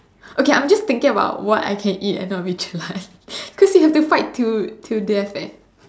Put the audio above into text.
okay I'm just thinking of about what can I eat and not be jelak because you have to fight till till death eh